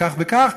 כך וכך?